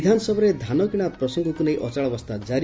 ବିଧାନସଭାରେ ଧାନ କିଶା ପ୍ରସଙ୍ଗକୁ ନେଇ ଅଚଳାବସ୍ଛା ଜାରି